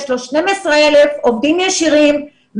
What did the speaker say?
יש לו 12,000 עובדים ישירים,